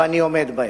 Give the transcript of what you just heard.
ואני עומד בהם.